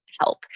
help